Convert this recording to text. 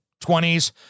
20s